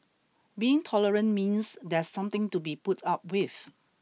being tolerant means there's something to be put up with